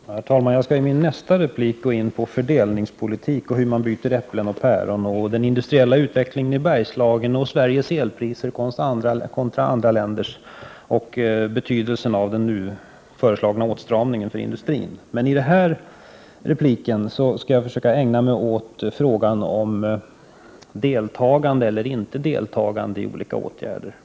Herr talman! Jag skall i min nästa replik gå in på fördelningspolitik, hur man byter äpplen mot päron, den industriella utvecklingen i Bergslagen, Sveriges elpriser kontra andra länders och betydelsen av den nu föreslagna åtstramningen för industrin. I denna replik skall jag ägna mig åt frågan om deltagande eller inte deltagande i olika åtgärder.